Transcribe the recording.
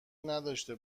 نداشته